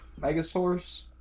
Megasaurus